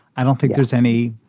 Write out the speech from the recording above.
i don't think there's any.